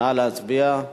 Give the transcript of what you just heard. נא להצביע.